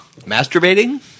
Masturbating